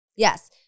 Yes